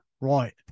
right